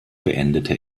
beendete